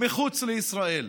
מחוץ לישראל.